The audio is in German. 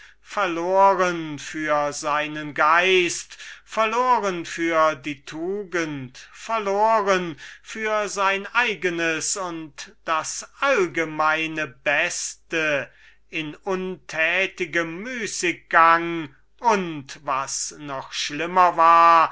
verloren für seinen geist verloren für die tugend verloren für sein eigenes und das allgemeine beste in untätigem müßiggang und was noch schlimmer war